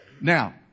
Now